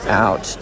out